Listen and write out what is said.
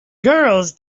girls